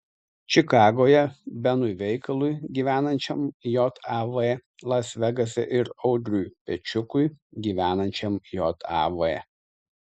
čikagoje benui veikalui gyvenančiam jav las vegase ir audriui pečiukui gyvenančiam jav